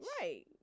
Right